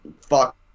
fuck